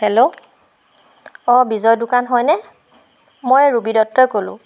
hello অঁ বিজয় দোকান হয়নে মই ৰূবি দত্তই ক'লোঁ